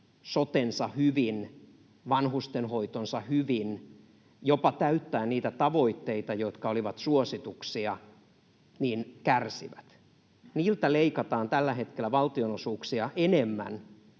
sotensa hyvin, vanhustenhoitonsa hyvin, jopa täyttää niitä tavoitteita, jotka olivat suosituksia. Niiltä leikataan tällä hetkellä valtionosuuksia enemmän